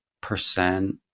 percent